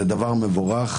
זה דבר מבורך.